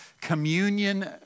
communion